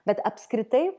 bet apskritai